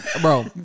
Bro